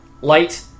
light